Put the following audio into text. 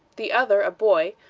the other, a boy,